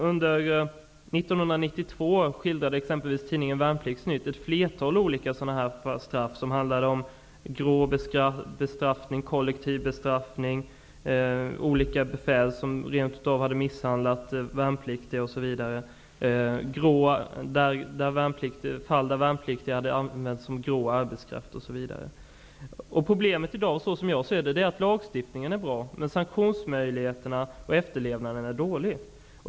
Under 1992 skildrade t.ex. tidningen Värnpliktsnytt ett flertal olika straff. Det handlade bl.a. om grå bestraffning, kollektiv bestraffning, olika befäl som rent av hade misshandlat värnpliktiga osv. Det finns fall där värnpliktiga hade använts som grå arbetskraft osv. Problemet i dag är att lagstiftningen är bra, men att sanktionsmöjligheterna och efterlevnaden är dålig.